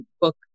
book